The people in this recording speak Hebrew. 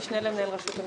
אני משנה למנהל רשות המסים.